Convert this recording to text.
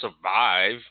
survive